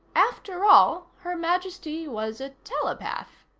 after all, her majesty was a telepath.